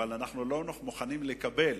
אבל אנחנו לא מוכנים לקבל